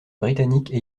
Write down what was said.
britanniques